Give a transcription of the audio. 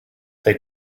they